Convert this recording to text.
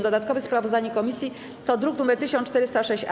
Dodatkowe sprawozdanie komisji to druk nr 1406-A.